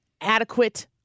adequate